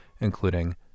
including